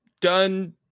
done